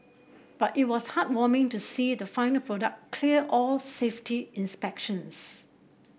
but it was heartwarming to see the final product clear all safety inspections